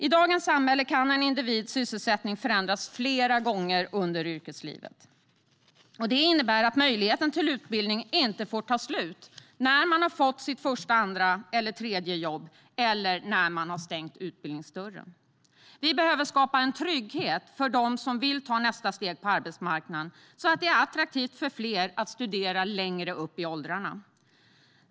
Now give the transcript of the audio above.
I dagens samhälle kan en individs sysselsättning förändras flera gånger under yrkeslivet. Det innebär att möjligheten till utbildning inte får ta slut när man har fått sitt första, andra eller tredje jobb eller när man har stängt utbildningsdörren. Vi behöver skapa en trygghet för dem som vill ta nästa steg på arbetsmarknaden, så att det är attraktivt för fler att studera högre upp i åldrarna.